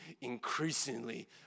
increasingly